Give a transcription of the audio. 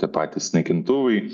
tie patys naikintuvai